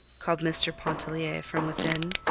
called mr. pontellier from within,